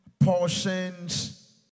portions